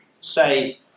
say